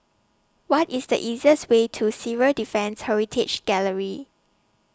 What IS The easiest Way to Civil Defence Heritage Gallery